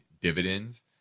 dividends